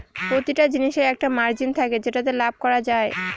প্রতিটা জিনিসের একটা মার্জিন থাকে যেটাতে লাভ করা যায়